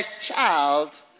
child